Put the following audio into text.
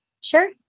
Sure